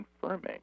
confirming